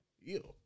Ew